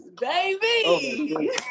baby